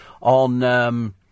on